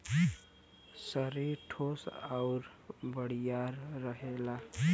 सरीर ठोस आउर बड़ियार रहेला